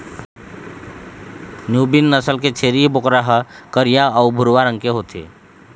Nubian नसल के छेरी बोकरा ह करिया अउ भूरवा रंग के होथे